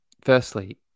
firstly